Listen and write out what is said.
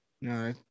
No